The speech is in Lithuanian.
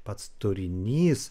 pats turinys